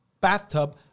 bathtub